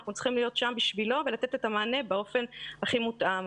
אנחנו צריכים להיות שם בשבילו ולתת את המענה באופן הכי מותאם.